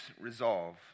resolve